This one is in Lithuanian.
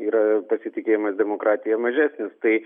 yra pasitikėjimas demokratija mažesnis tai